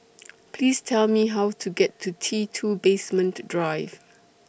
Please Tell Me How to get to T two Basement Drive